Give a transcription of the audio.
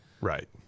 Right